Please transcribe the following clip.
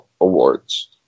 awards